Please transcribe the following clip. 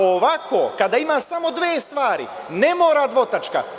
Ovako kada ima samo dve stvari ne mora dvotačka.